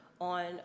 on